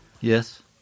yes